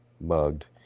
mugged